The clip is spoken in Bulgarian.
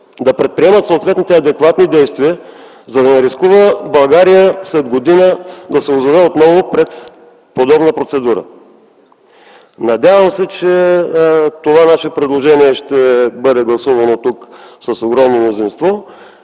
да предприемат съответните адекватни действия, за да не рискува България след година да се озове отново пред подобна процедура. Надявам се, че това наше предложение ще бъде гласувано тук с огромно мнозинство.